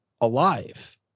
alive